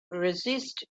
resist